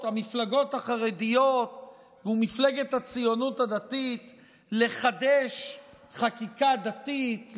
החרדיות ומפלגת הציונות הדתית לחדש חקיקה דתית,